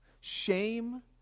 shame